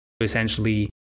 Essentially